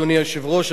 אדוני היושב-ראש,